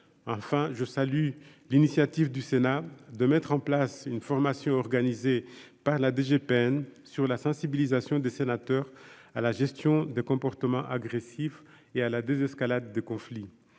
enfin je salue l'initiative du Sénat, de mettre en place une formation organisée par la DGPN, sur la sensibilisation des sénateurs à la gestion des comportements agressifs et à la désescalade du conflit,